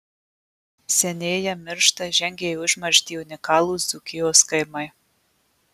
senėja miršta žengia į užmarštį unikalūs dzūkijos kaimai